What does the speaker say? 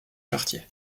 chartier